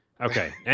Okay